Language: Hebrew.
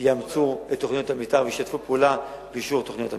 יאמצו את תוכניות המיתאר וישתפו פעולה לאישור תוכניות המיתאר.